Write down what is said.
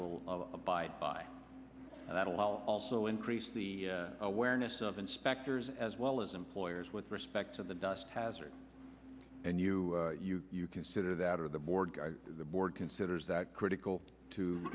will abide by that allow also increase the awareness of inspectors as well as employers with respect to the dust hazard and you consider that of the board the board considers that critical to